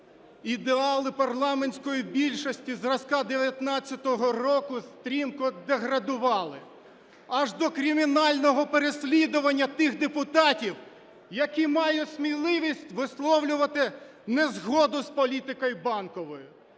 ідеали парламентської більшості зразка 19-го року стрімко деградували аж до кримінального переслідування тих депутатів, які мають сміливість висловлювати незгоду з політикою Банкової.